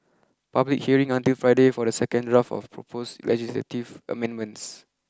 public hearing until Friday for the second draft of proposed legislative amendments